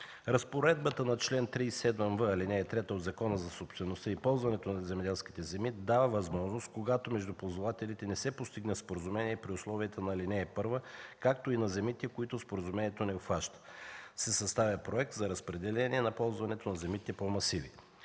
Разпоредбата на чл. 37в, ал. 3 от Закона за собствеността и ползването на земеделските земи дава възможност, когато между ползвалите не се постигне споразумение при условието на ал. 1, както и на земите, които споразумението не обхваща, да се състави проект за разпределение на ползването на земите по масиви.